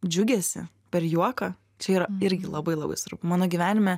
džiugesį per juoką čia yra irgi labai labai svarbu mano gyvenime